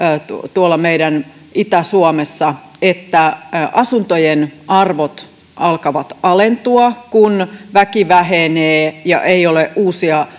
tuolla meidän itä suomessa että asuntojen arvot alkavat alentua kun väki vähenee ja ei ole uusia